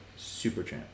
Superchamp